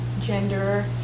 gender